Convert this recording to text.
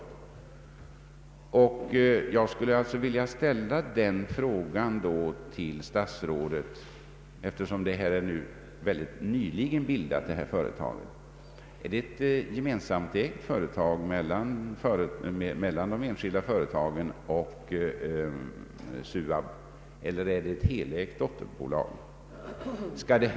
Eftersom det bildades helt nyligen skulle jag vilja ställa en fråga till statsrådet: Ägs företaget gemensamt av de enskilda företagen och SUAB, eller är det ett helägt dotterbolag till SUAB?